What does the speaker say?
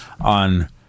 on